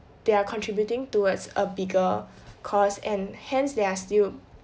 they are contributing towards a bigger cause and hence they are still